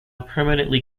permanently